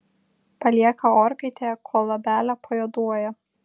palieka orkaitėje kol luobelė pajuoduoja